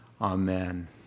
Amen